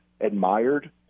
admired